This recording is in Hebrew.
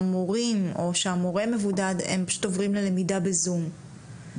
המורים או שהמורה המבודד פשוט עוברים ללמידה בזום.